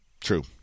True